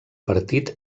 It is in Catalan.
partit